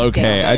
Okay